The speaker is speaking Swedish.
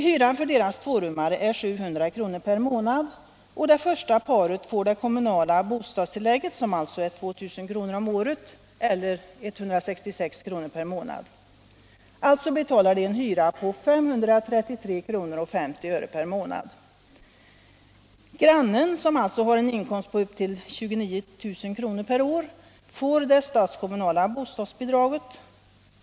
Hyran för deras tvårummare är 700 kr. per månad. Det första paret får det kommunala bostadstillägget, som alltså är 2 000 kr. om året eller 166:50 kr. per månad. Alltså betalar de en hyra på 533:50 kr. per månad. Grannen, som har en inkomst på upp till 29 000 kr. per år, får det s.k. statskommunala bostadsbidraget.